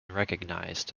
recognized